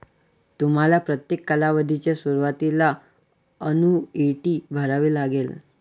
तुम्हाला प्रत्येक कालावधीच्या सुरुवातीला अन्नुईटी भरावी लागेल